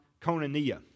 Konania